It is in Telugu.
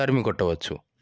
తరిమి కొట్టవచ్చు